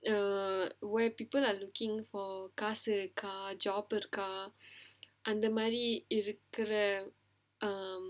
err where people are looking for gossip car job or car அந்த மாதிரி இருக்குற:antha maathiri irukkura um